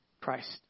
Christ